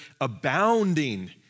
abounding